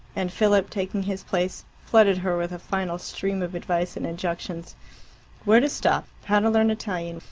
and philip, taking his place, flooded her with a final stream of advice and injunctions where to stop, how to learn italian,